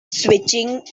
switching